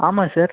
ஆமாம் சார்